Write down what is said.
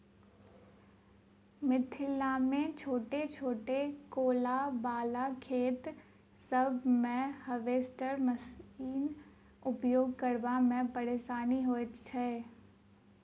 मिथिलामे छोट छोट कोला बला खेत सभ मे हार्वेस्टर मशीनक उपयोग करबा मे परेशानी होइत छै